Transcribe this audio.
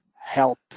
help